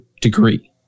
degree